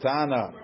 Tana